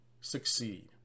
succeed